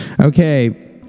Okay